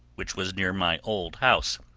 which was near my old house.